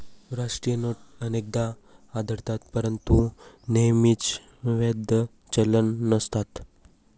राष्ट्रीय नोट अनेकदा आढळतात परंतु नेहमीच वैध चलन नसतात